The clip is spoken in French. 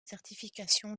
certification